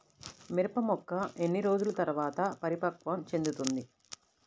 మిరప మొక్క ఎన్ని రోజుల తర్వాత పరిపక్వం చెందుతుంది?